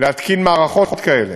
להתקין מערכות כאלה.